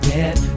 Get